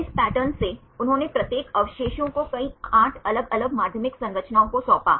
इन pattern से उन्होंने प्रत्येक अवशेषों को कई 8 अलग अलग माध्यमिक संरचनाओं को सौंपा